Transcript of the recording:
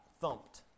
thumped